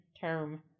term